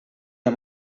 amb